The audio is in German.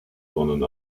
sondern